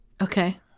Okay